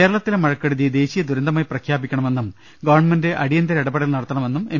കേരളത്തിലെ മഴക്കെടുതി ദേശീയ ദുരന്തമായി പ്രഖ്യാപിക്കണമെന്നും ഗവൺമെന്റ് അടിയന്തര ഇട പെടൽ നടത്തണമെന്നും എം